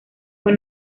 fue